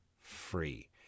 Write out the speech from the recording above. free